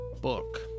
book